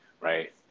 right